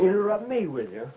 interrupt me with you